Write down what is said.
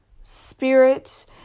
spirit